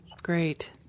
great